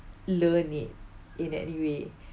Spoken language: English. learn it in any way